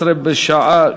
11 בעד,